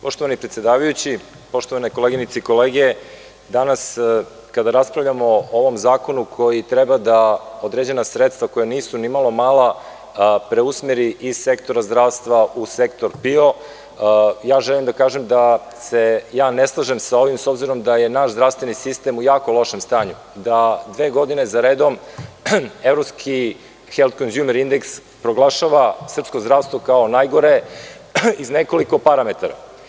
Poštovani predsedavajući, poštovane koleginice i kolege, danas kada raspravljamo o ovom zakonu koji treba da određena sredstva koja nisu nimalo mala preusmeri iz sektora zdravstva u sektor PIO, želim da kažem da se ne slažem sa ovim, s obzirom da je naš zdravstveni sistem u jako lošem stanju, da dve godine za redom evropski „Helt konzjumer indeks“ proglašava srpsko zdravstvo kao najgore iz nekoliko parametara.